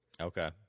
Okay